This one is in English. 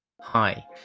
Hi